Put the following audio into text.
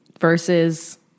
versus